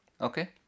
Okay